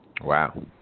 Wow